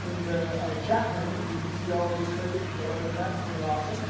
in the chat room and you can see all of these trades he's alerting them pretty awesome,